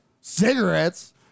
cigarettes